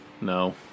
No